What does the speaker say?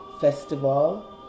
Festival